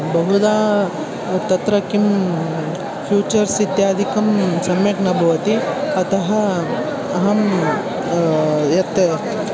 बहुधा तत्र किं फ़्यूचर्स् इत्यादिकं सम्यक् न भवति अतः अहं यत्